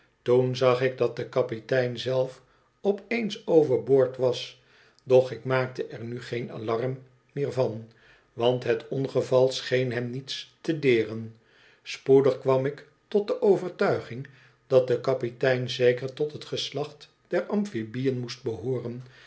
toen zag ik dat de kapitein zelf op eens over boord was doch ik maakte er nu geen alarm meer van want het ongeval scheen hem niets te deeren spoedig kwam ik tot de overtuiging dat de kapitein zeker tot bet geslacht der amphibiën moest behooren